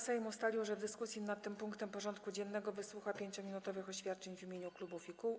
Sejm ustalił, że w dyskusji nad tym punktem porządku dziennego wysłucha 5-minutowych oświadczeń w imieniu klubów i kół.